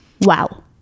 wow